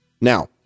Now